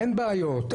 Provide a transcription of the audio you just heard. אין בעיות.